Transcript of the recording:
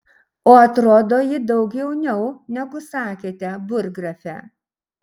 o atrodo ji daug jauniau negu sakėte burggrafe